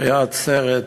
הייתה עצרת מרגשת,